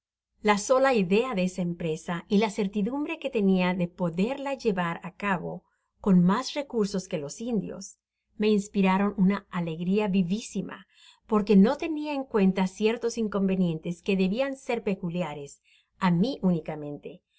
la sbla idea de esa empresa y la certidumbre que tenia de poderla llevar á cabo con mas recursos que los indios me inspiraron una alegria vivisima porque no tenia en cuenta ciertos inconvenientes que debian ser peculiares á mi únicamente